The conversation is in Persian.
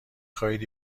خواهید